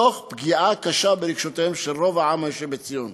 תוך פגיעה קשה ברגשותיהם של רוב העם היושב בציון.